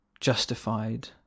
justified